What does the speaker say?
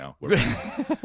now